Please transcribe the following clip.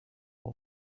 slow